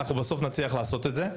בסוף, אנחנו נצליח לעשות את זה.